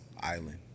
island